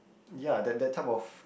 ya that that type of